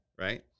right